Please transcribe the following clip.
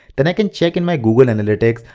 then i can check in my google analytics,